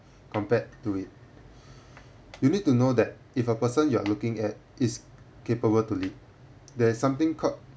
compared to it you need to know that if a person you are looking at is capable to lead there's something called